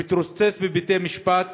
הוא מתרוצץ בבתי-משפט.